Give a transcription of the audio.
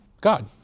God